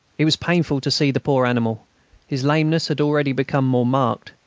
it was painful to see the poor animal his lameness had already become more marked.